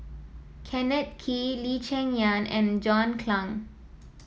Kenneth Kee Lee Cheng Yan and John Clang